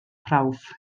prawf